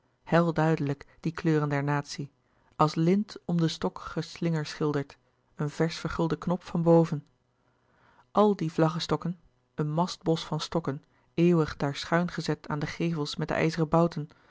hel duidelijk die kleuren der natie als lint om den stok geslingerschilderd een versch vergulden knop van boven alle die vlaggestokken een mastbosch van stokken eeuwig daar schuin gezet aan de gevels met de ijzeren bouten